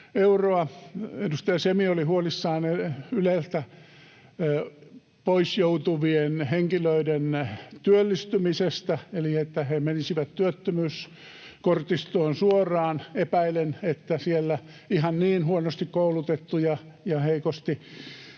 euroa. Edustaja Semi oli huolissaan Yleltä pois joutuvien henkilöiden työllistymisestä, eli että he menisivät työttömyyskortistoon suoraan. Epäilen, ettei siellä ihan niin huonosti koulutettuja ja heikosti